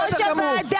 בסדר גמור,